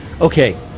okay